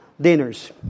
dinners